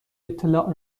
اطلاع